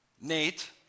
Nate